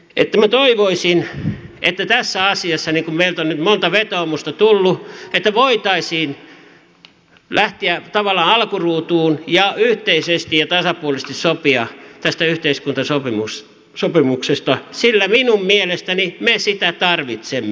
minä toivoisin että tässä asiassa kun meiltä on nyt monta vetoomusta tullut voitaisiin lähteä tavallaan alkuruutuun ja yhteisesti ja tasapuolisesti sopia tästä yhteiskuntasopimuksesta sillä minun mielestäni me sitä tarvitsemme